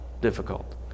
difficult